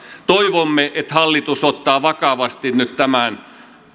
toivomme että hallitus ottaa vakavasti nyt tämän